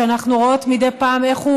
אנחנו רואות מדי פעם איך הוא